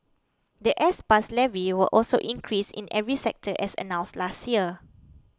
the S Pass levy will also increase in every sector as announced last year